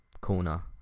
corner